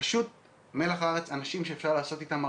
פשוט מלח הארץ, אנשים שאפשר לעשות איתם הרבה,